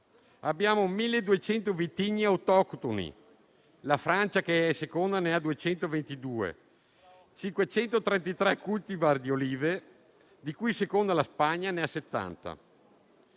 Abbiamo 1.200 vitigni autoctoni, la Francia che è seconda ne ha 222; 533 cultivar di olive (la Spagna, seconda, ne ha 70).